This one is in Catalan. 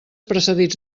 precedits